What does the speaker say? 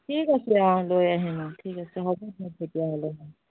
ঠিক আছে অ' লৈ আহিম অ' ঠিক আছে হ'ব দিয়ক তেতিয়াহ'লে